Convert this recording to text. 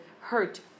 hurt